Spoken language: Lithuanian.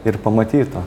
ir pamatytų